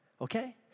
okay